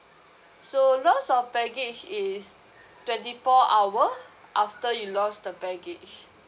so loss of baggage is twenty four hour after you lost the baggage